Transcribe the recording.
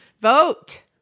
vote